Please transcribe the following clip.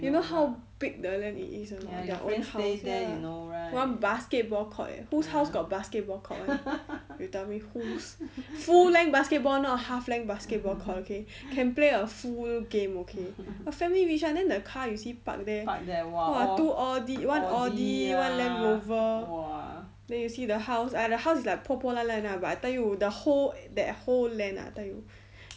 you know how big the land it is a not your own house ya one basketball court eh whose house got basketball court [one] you tell me whose full length basketball not half length basketball court okay can play a full game okay her family rich ah then the car you see park there !wah! two audi one audi one land rover then you see the house ah the house like 破破烂烂 lah but I tell you the whole that whole land ah I tell you